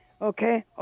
okay